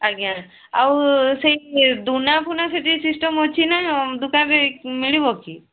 ଆଜ୍ଞା ଆଉ ସେଇ ଦୂନା ଫୁନା ସେଠି ସିଷ୍ଟମ୍ ଅଛି ନା ଦୋକାନରେ ମିଳିବ କି